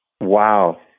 Wow